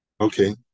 Okay